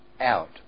out